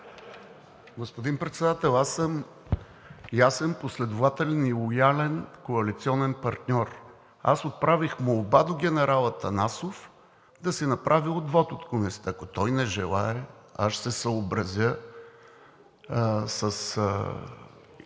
Господин Председател, аз съм ясен, последователен и лоялен коалиционен партньор. Аз отправих молба до генерал Атанасов да си направи отвод от Комисията. Ако той не желае, аз ще се съобразя с